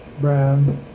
Brown